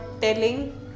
telling